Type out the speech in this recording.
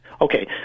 Okay